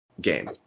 game